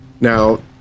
Now